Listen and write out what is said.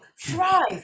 thrive